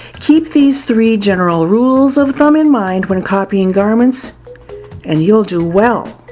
keep these three general rules of thumb in mind when copying garments and you'll do well.